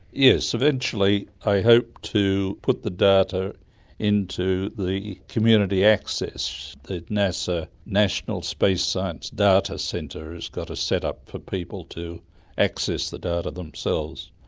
yes, eventually i hope to put the data into the community access at. nasa national space science data centre has got a set-up for people to access the data themselves.